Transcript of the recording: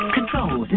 Control